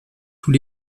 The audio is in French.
tous